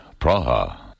Praha